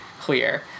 clear